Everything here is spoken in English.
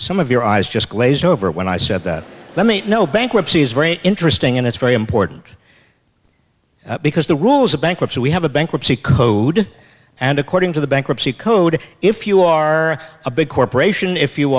some of your eyes just glaze over when i said that let me know bankruptcy is very interesting and it's very important because the rules a bankruptcy we have a bankruptcy code and according to the bankruptcy code if you are a big corporation if you